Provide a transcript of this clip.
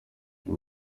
iyo